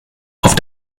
auf